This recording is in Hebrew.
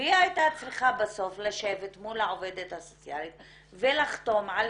והיא היתה צריכה בסוף לשבת מול העובדת הסוציאלית ולחתום על